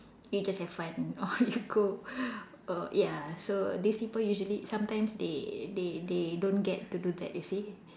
we just have fun or we go err ya so these people usually sometimes they they they don't get to do that you see